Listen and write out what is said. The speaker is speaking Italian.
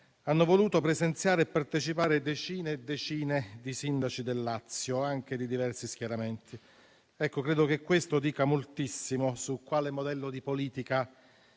hanno voluto presenziare e partecipare decine e decine di sindaci del Lazio, anche di diversi schieramenti. Credo che questo dica moltissimo su quale modello di politica